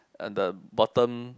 at the bottom